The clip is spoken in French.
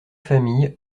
familles